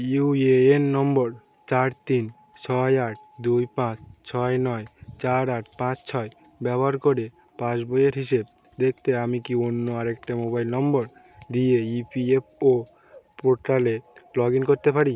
UAN নম্বর চার তিন ছয় আট দুই পাঁচ ছয় নয় চার আট পাঁচ ছয় ব্যবহার করে পাসবইয়ের হিসেব দেখতে আমি কি অন্য আরেকটা মোবাইল নম্বর দিয়ে ইপিএফও পোর্টালে লগ ইন করতে পারি